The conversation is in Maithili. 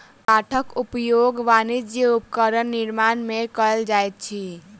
काठक उपयोग वाणिज्यक उपकरण निर्माण में कयल जाइत अछि